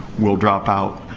will drop out.